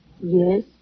Yes